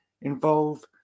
involve